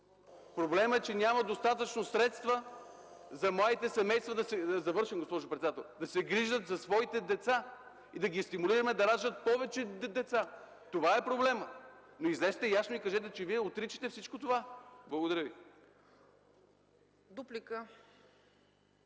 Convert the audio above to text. Проблемът е, че няма достатъчно средства за младите семейства – да се грижат за своите деца и да ги стимулираме да раждат повече деца. Това е проблемът! Излезте и ясно кажете, че Вие отричате всичко това. Благодаря Ви.